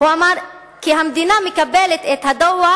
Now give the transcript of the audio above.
כי "המדינה מקבלת את הדוח,